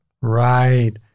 Right